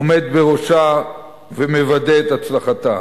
עומד בראשה ומוודא את הצלחתה,